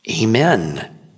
Amen